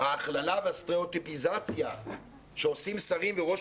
ההכללה והסטריאוטיפיזציה שעושים שרים וראש